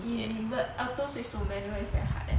but auto switch to manual is very hard leh